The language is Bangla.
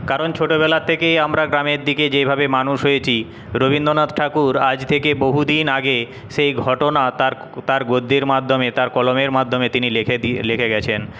কারণ ছোটবেলার থেকেই আমরা গ্রামের দিকে যেভাবে মানুষ হয়েছি রবীন্দনাথ ঠাকুর আজ থেকে বহুদিন আগে সেই ঘটনা তার গদ্যের মাধ্যমে তার কলমের মাধ্যমে তিনি লিখে দিয়ে লিখে গেছেন